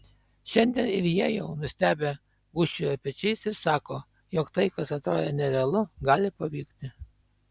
šiandien ir jie jau nustebę gūžčioja pečiais ir sako jog tai kas atrodė nerealu gali pavykti